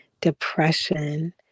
depression